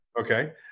Okay